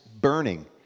burning